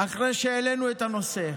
אחרי שהעלינו את הנושא.